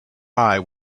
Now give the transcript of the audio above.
eye